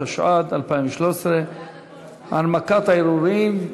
התשע"ד 2013. הנמקת הערעורים,